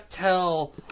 tell